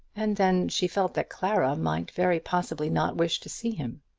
and then she felt that clara might very possibly not wish to see him.